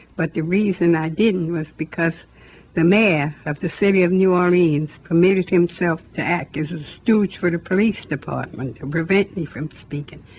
but the reason i didn't was because the mayor of the city of new orleans committed himself to act as a stooge for the police department to prevent me from speaking.